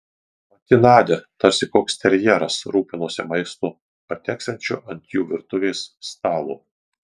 pati nadia tarsi koks terjeras rūpinosi maistu pateksiančiu ant jų virtuvės stalo